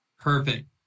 Perfect